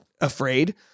afraid